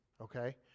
okay